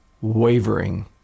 wavering